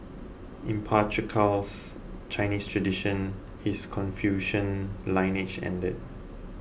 in patriarchal Chinese tradition his Confucian lineage ended